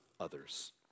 others